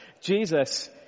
Jesus